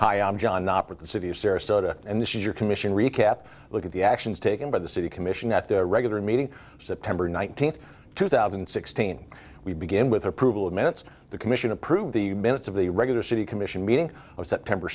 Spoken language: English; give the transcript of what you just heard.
of sarasota and this is your commission recap look at the actions taken by the city commission at their regular meeting september nineteenth two thousand and sixteen we begin with approval of minutes the commission approved the minutes of the regular city commission meeting of september